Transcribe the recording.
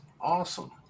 awesome